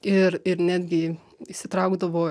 ir ir netgi įsitraukdavo